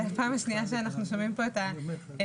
זאת פעם שנייה שאנחנו שומעים כאן את הנזיפות,